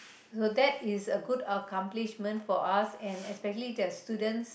so that is a good accomplishment for us and especially there's students